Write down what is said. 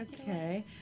okay